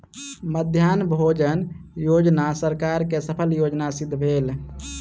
मध्याह्न भोजन योजना सरकार के सफल योजना सिद्ध भेल